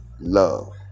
love